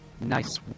nice